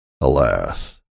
Alas